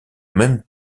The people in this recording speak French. même